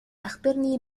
أخبرني